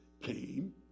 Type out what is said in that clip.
came